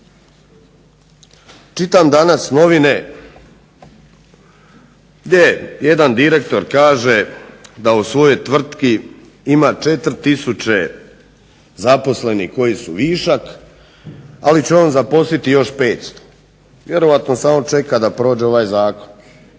Čitam danas novine gdje jedan direktor kaže da u svojoj tvrtki ima 4000 zaposlenih koji su višak, ali će on zaposliti još 500, vjerojatno samo čeka da prođe ovaj zakon.